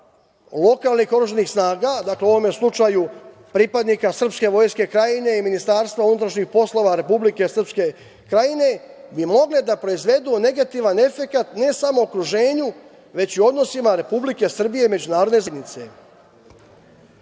lokalnih oružanih snaga, dakle, u ovom slučaju pripadnika Srpske vojske Krajine i Ministarstva unutrašnjih poslova Republike Srpske Krajine, bi mogle da proizvedu negativan efekat ne samo u okruženju, već i u odnosima Republike Srbije i međunarodne zajednice. Pa